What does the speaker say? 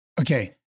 Okay